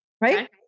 right